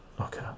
Okay